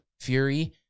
Fury